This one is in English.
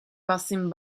passing